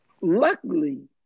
Luckily